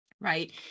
right